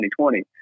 2020